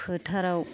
फोथाराव